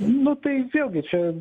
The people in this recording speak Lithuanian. nu tai vėlgi čia